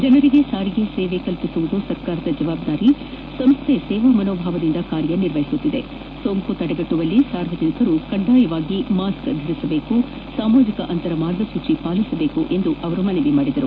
ಜನರಿಗೆ ಸಾರಿಗೆ ಸೇವೆ ಒದಗಿಸುವುದು ಸರ್ಕಾರದ ಜವಾಬ್ದಾರಿಯಾಗಿದೆ ಸಂಸ್ಥೆ ಸೇವಾ ಮನೋಭಾವದಿಂದ ಕಾರ್ಯನಿರ್ವಹಿಸುತ್ತಿದೆ ಸೋಂಕು ತಡೆಗಟ್ಟುವಲ್ಲಿ ಸಾರ್ವಜನಿಕರು ಕಡ್ಡಾಯವಾಗಿ ಮಾಸ್ಕ್ ಧರಿಸಬೇಕು ಹಾಗೂ ಸಾಮಾಜಿಕ ಅಂತರ ಮಾರ್ಗಸೂಚಿ ಪಾಲಿಸಬೇಕು ಎಂದು ಮನವಿ ಮಾಡಿದರು